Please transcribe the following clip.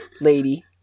lady